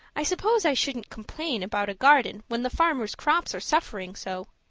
i suppose i shouldn't complain about a garden when the farmers' crops are suffering so.